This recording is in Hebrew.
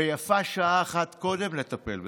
ויפה שעה אחת קודם לטפל בזה.